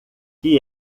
que